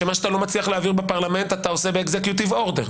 שמה שאתה לא מצליח להעביר בפרלמנט אתה עושה ב-executive order,